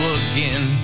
again